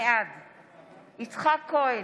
בעד יצחק כהן,